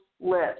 list